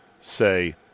say